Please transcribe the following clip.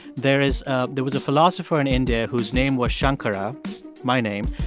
there is ah there was a philosopher in india whose name was shankara my name.